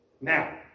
Now